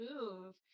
move